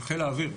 של חיל האוויר.